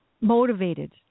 motivated